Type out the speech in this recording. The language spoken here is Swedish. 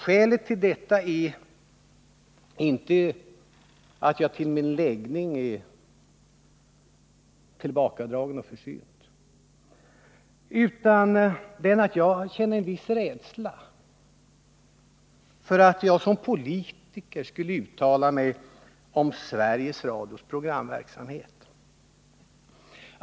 Skälet till detta är inte att jag till min läggning är tillbakadragen och försynt, utan skälet är att jag känner en viss rädsla för att jag som politiker skulle uttala mig om Sveriges Radios programverksamhet.